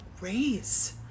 raise